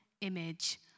image